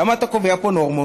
למה אתה קובע פה נורמות?